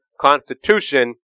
Constitution